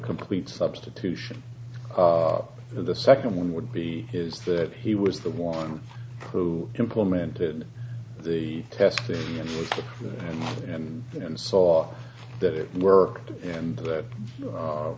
complete substitution and the second one would be his that he was the one who implemented the test and and saw that it worked and that